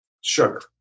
sugar